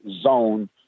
Zone